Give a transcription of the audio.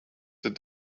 that